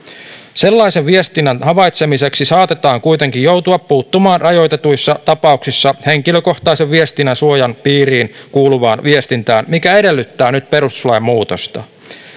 sellaisen viestinnän havaitsemiseksi saatetaan kuitenkin joutua puuttumaan rajoitetuissa tapauksissa henkilökohtaisen viestinnän suojan piiriin kuuluvaan viestintään mikä edellyttää nyt perustuslain muutosta